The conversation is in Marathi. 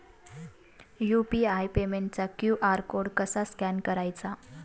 यु.पी.आय पेमेंटचा क्यू.आर कोड कसा स्कॅन करायचा?